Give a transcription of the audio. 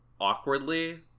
awkwardly